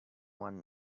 one